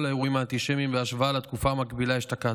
האירועים האנטישמיים בהשוואה לתקופה המקבילה אשתקד.